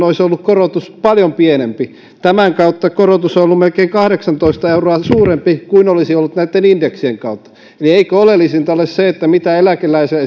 olisi ollut paljon pienempi tämän kautta korotus on ollut melkein kahdeksantoista euroa suurempi kuin olisi ollut näitten indeksien kautta eli eikö oleellisinta ole se mitä eläkeläiselle